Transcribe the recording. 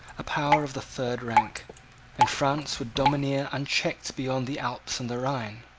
a power of the third rank and france would domineer unchecked beyond the alps and the rhine.